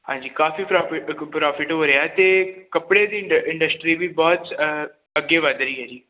ਹਾਂਜੀ ਕਾਫੀ ਪ੍ਰੋਫੀ ਪ੍ਰੋਫਿਟ ਹੋ ਰਿਹਾ ਅਤੇ ਕੱਪੜੇ ਦੀ ਇੰਡਸ ਇੰਡਸਟਰੀ ਵੀ ਬਹੁਤ ਅੱਗੇ ਵਧ ਰਹੀ ਹੈ ਜੀ